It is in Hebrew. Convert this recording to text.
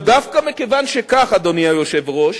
אבל דווקא מכיוון שכך, אדוני היושב-ראש,